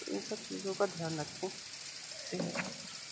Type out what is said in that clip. ان سب چیزوں کا دھیان رکھیں